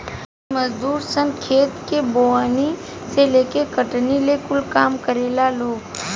इ मजदूर सन खेत के बोअनी से लेके कटनी ले कूल काम करेला लोग